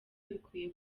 bikwiye